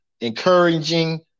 encouraging